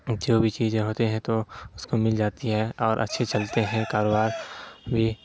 جو بھی چیزیں ہوتے ہیں تو اس کو مل جاتی ہے اور اچھے چلتے ہیں کاروبار بھی